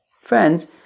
friends